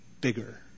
bigger